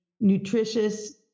nutritious